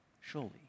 surely